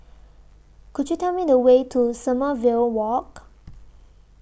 Could YOU Tell Me The Way to Sommerville Walk